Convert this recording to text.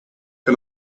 que